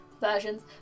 versions